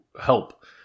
help